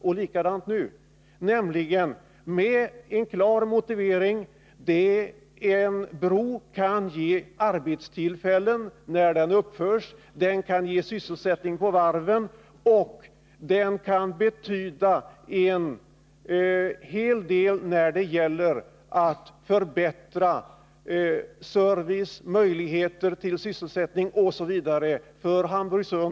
Likadant är det nu, nämligen med en klar motivering: en bro kan ge arbetstillfällen när den uppförs, den kan ge sysselsättning på varven och den kan betyda en hel del för Hamburgsund och Hamburgön när det gäller att förbättra service, ge möjligheter till sysselsättning osv.